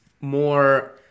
more